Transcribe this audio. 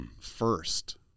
first